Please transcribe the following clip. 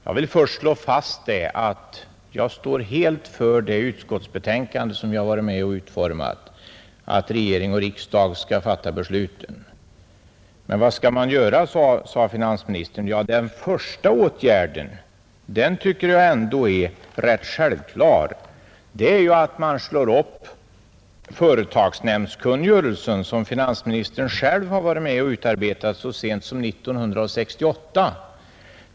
Jag vill först slå fast att jag helt står bakom det utskottsbetänkande som jag har varit med om att utforma, nämligen att regering och riksdag skall fatta besluten. Vad skall man göra, undrade finansministern. Den första åtgärden tycker jag ändå är rätt självklar, nämligen att man slår upp företagsnämndskungörelsen, som finansministern själv har varit med om att utarbeta så sent som 1968.